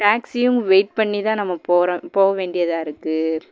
டேக்ஸியும் wait பண்ணி தான் நம்ம போகிற போக வேண்டியதாக இருக்குது